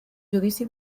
judici